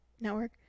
network